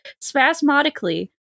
spasmodically